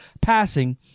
passing